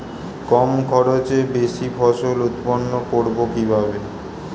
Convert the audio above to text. কম খরচে বেশি ফসল উৎপন্ন করব কিভাবে?